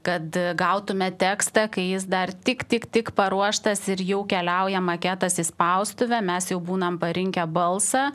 kad gautume tekstą kai jis dar tik tik tik paruoštas ir jau keliauja maketas į spaustuvę mes jau būnam parinkę balsą